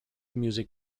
music